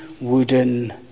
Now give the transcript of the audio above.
wooden